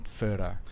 further